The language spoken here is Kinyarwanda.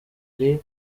gihe